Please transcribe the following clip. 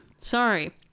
sorry